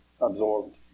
absorbed